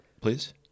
please